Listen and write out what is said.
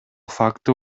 факты